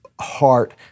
heart